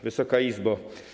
Wysoka Izbo!